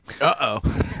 Uh-oh